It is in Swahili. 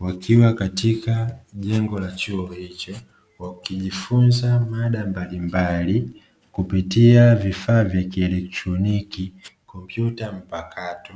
wakiwa katika jengo la chuo hicho, wakijifunza mada mbalimbali kupitia vifaa vya kielektroniki, kompyuta mpakato.